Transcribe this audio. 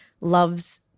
loves